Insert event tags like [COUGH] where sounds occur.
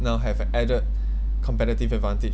now have added [BREATH] competitive advantage